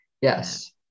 Yes